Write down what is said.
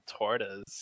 tortas